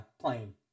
plane